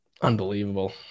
Unbelievable